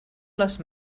les